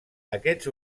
aquests